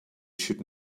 should